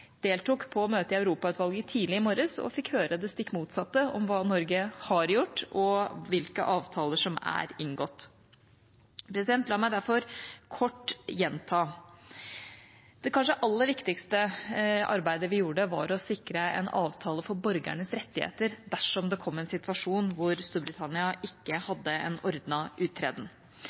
fikk høre det stikk motsatte om hva Norge har gjort, og hvilke avtaler som er inngått. La meg derfor kort gjenta: Det kanskje aller viktigste arbeidet vi gjorde, var å sikre en avtale for borgernes rettigheter dersom det kom en situasjon hvor Storbritannia ikke hadde en ordnet uttreden.